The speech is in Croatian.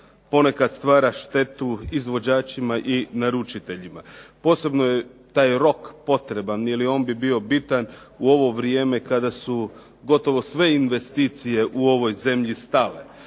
ponekad stvara štetu izvođačima i naručiteljima. Posebno je taj rok potreban ili on bi bio bitan u ovo vrijeme kada su gotovo sve investicije u ovoj zemlji stale.